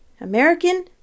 American